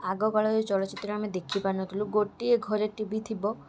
ଆଗକାଳରେ ଚଳଚ୍ଚିତ୍ର ଆମେ ଦେଖି ପାରୁନଥିଲୁ ଗୋଟିଏ ଘରେ ଟି ଭି ଥିବ